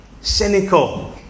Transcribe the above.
cynical